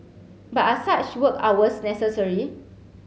but are such work hours necessary